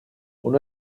uno